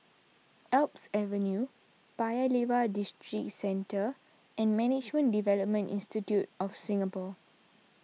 Alps Avenue Paya Lebar Districentre and Management Development Institute of Singapore